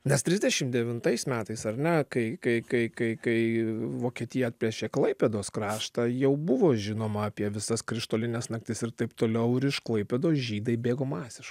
nes trisdešim devintais metais ar ne kai kai kai kai kai vokietija atplėšė klaipėdos kraštą jau buvo žinoma apie visas krištolines naktis ir taip toliau ir iš klaipėdos žydai bėgo masiškai